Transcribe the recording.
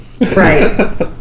Right